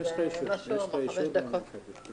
אני הצבעתי בעד כי יש פה שופט שמעורב בתהליך,